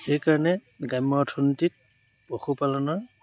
সেইকাৰণে গ্ৰাম্য অৰ্থনীতিত পশুপালনৰ